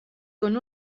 con